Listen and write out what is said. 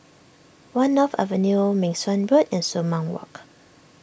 one North Avenue Meng Suan Boad and Sumang